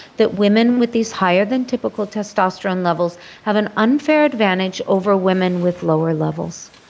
that women with these higher than typical testosterone levels have an unfair advantage over women with lower levels.